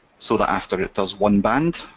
so that after it does one band,